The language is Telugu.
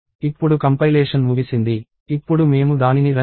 ఇప్పుడు కంపైలేషన్ ముగిసింది ఇప్పుడు మేము దానిని రన్ చేస్తున్నాము